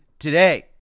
Today